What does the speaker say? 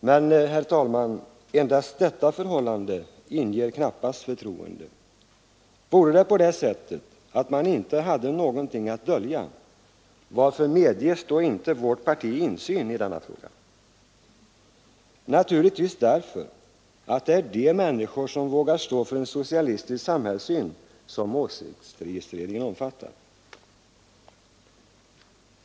Men, herr talman, endast detta förhållande inger knappast förtroende. Om man inte har någonting att dölja, varför medges då inte vårt parti insyn i denna fråga? Naturligtvis därför att det är de människor som vågar stå för en socialistisk samhällssyn som åsiktsregistreringen omfattar.